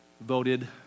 voted